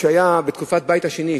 שהיה בתקופת הבית השני,